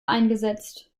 eingesetzt